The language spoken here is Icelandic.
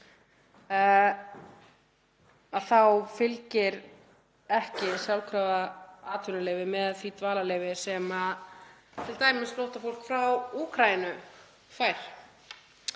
— þá fylgir ekki sjálfkrafa atvinnuleyfi með því dvalarleyfi sem t.d. flóttafólk frá Úkraínu fær.